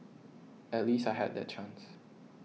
at least I had that chance